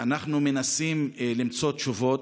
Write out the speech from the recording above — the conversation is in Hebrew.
אנחנו מנסים למצוא תשובות.